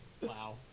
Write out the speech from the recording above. Wow